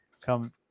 come